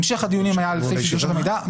המשך הדיונים על הסעיף של דרישות המידע.